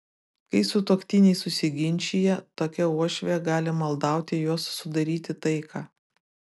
kai sutuoktiniai susiginčija tokia uošvė gali maldauti juos sudaryti taiką